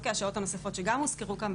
השעות הנוספות שגם הוזכרו כאן,